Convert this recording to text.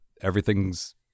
everything's